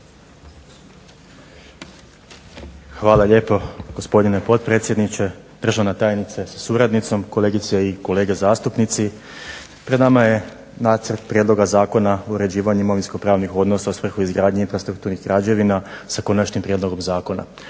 Hvala lijepo gospodine potpredsjedniče. Državne tajnice sa suradnicom, kolegice i kolege zastupnici. Pred nama je nacrt prijedloga Zakona o uređivanju imovinskopravnih odnosa izgradnje infrastrukturnih građevina s konačnim prijedlogom zakona.